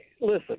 listen